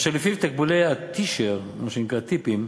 אשר לפיו תקבולי התשר, מה שנקרא טיפים,